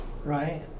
Right